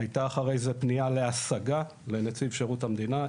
הייתה אחרי זה פנייה להשגה לנציב שירות המדינה,